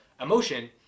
emotion